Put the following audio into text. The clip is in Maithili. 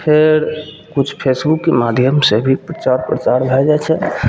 फेर किछु फेसबुकके माध्यमसे भी प्रचार प्रसार भै जाइ छै